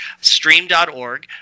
Stream.org